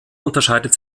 unterscheidet